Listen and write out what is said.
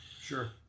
Sure